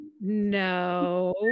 No